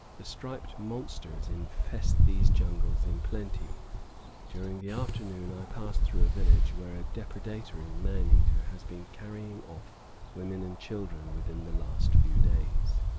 the striped monsters infest these jungles in plenty during the afternoon i pass through a village where a depredatory man-eater has been carrying off women and children within the last few days.